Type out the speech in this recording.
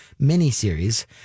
miniseries